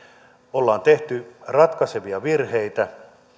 ollaan tehty ratkaisevia virheitä